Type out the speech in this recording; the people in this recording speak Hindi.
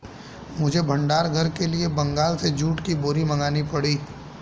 मुझे भंडार घर के लिए बंगाल से जूट की बोरी मंगानी पड़ी